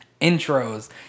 Intros